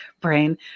brain